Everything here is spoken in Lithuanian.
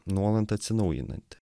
nuolat atsinaujinanti